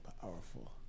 powerful